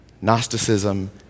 Gnosticism